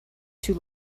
too